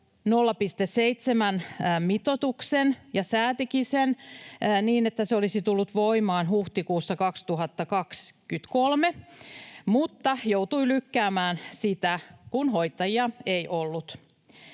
0,7-mitoituksen, ja säätikin sen niin, että se olisi tullut voimaan huhtikuussa 2023, mutta joutui lykkäämään sitä, kun hoitajia ei ollut.